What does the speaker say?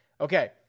Okay